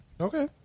Okay